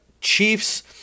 Chiefs